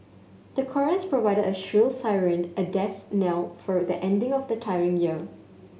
the chorus provided a shrill siren a death knell for the ending of the tiring year